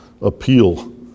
appeal